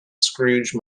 scrooge